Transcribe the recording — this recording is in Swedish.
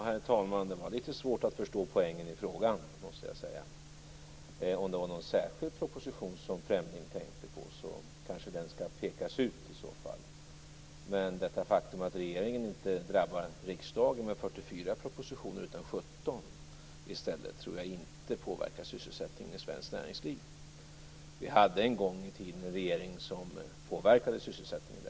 Herr talman! Det var litet svårt att förstå poängen i frågan, måste jag säga. Om det var någon särskild proposition som Fremling tänkte på kanske den i så fall skall pekas ut. Men det faktum att regeringen inte drabbar riksdagen med 44 propositioner utan i stället 17 tror jag inte påverkar sysselsättningen i svenskt näringsliv. Vi hade däremot en gång i tiden en regering som påverkade sysselsättningen.